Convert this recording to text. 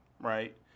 right